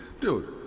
Dude